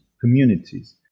communities